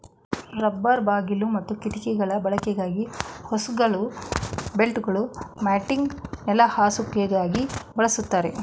rubber ಬಾಗಿಲು ಮತ್ತು ಕಿಟಕಿಗಳ ಬಳಕೆಗಾಗಿ ಹೋಸ್ಗಳು ಬೆಲ್ಟ್ಗಳು ಮ್ಯಾಟಿಂಗ್ ನೆಲಹಾಸುಗಾಗಿ ಬಳಸ್ತಾರೆ